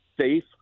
safe